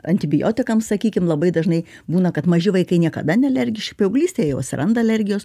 antibiotikams sakykim labai dažnai būna kad maži vaikai niekada nealergiški paauglystėj jau atsiranda alergijos